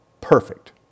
perfect